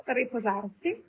riposarsi